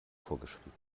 vorgeschrieben